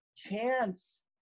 chance